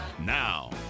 Now